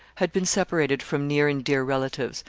had been separated from near and dear relatives,